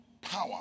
power